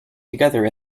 together